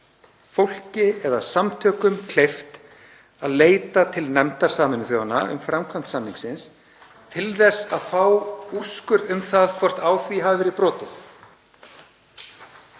fólki eða samtökum kleift að leita til nefndar Sameinuðu þjóðanna um framkvæmd samningsins til þess að fá úrskurð um það hvort á þeim hafi verið brotið.